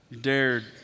dared